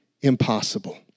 impossible